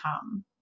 come